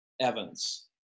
Evans